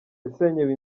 yasenyewe